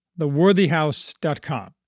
theworthyhouse.com